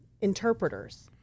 interpreters